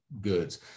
goods